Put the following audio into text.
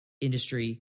industry